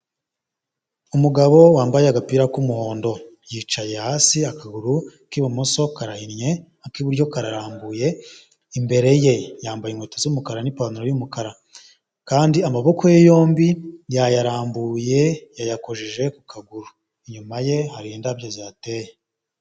Umugabo wambaye agapira k'umuhondo, yicaye hasi akaguru k'ibumoso karahinnye, ak'iburyo kararambuye imbere ye, yambaye inkweto z'umukara n'ipantaro y'umukara kandi amaboko ye yombi yayarambuye yayakoje ku kaguru, inyuma ye hari indabyo zihateye.